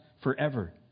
forever